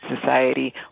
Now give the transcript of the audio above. society